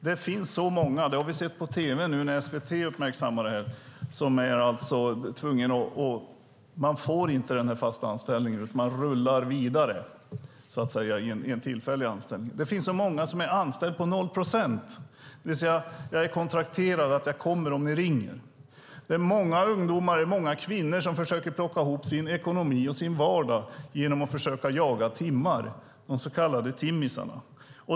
Det finns så många, och det har vi sett på tv nu när SVT uppmärksammat det, som inte får fast anställning nu utan rullar vidare i en tillfällig anställning. Det finns så många som är anställda på noll procent, det vill säga att jag är kontrakterad att komma om ni ringer. Det är många ungdomar och många kvinnor som försöker få ihop sin ekonomi och sin vardag genom att försöka jaga timmar, de så kallade timmisarna.